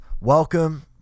Welcome